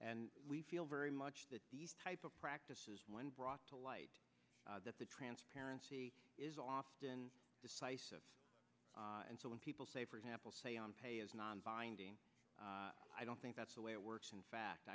and we feel very much that these type of practices when brought to light that the transparency is often decisive and so when people say for example say on pay as non binding i don't think that's the way it works in fact